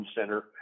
center